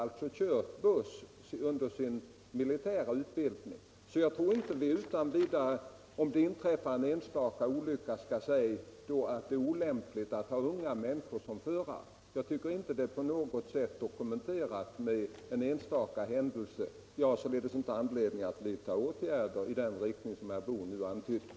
Detta kan rimligtvis inte vara förenligt med de tankegångar som ligger bakom vår tryckfrihetslagstiftning. Är statsrådet mot denna bakgrund beredd vidtaga åtgärder för att hindra att i Sverige trycks och/eller distribueras tryckalster där barn framställs som sexualobjekt?